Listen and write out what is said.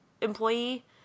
employee